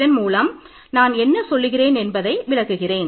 இதன்மூலம் நான் என்ன சொல்லுகிறேன் என்பதை விளக்குகிறேன்